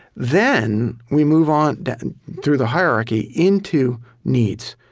then we move on through the hierarchy into needs.